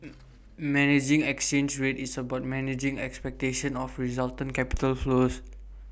managing exchange rate is about managing expectation of resultant capital flows